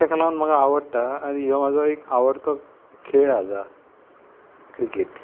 तेका लागोन म्हाका आवडटा आनी हो म्हजो एक आवडतो खेळ आसा क्रिकेट